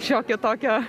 šiokio tokio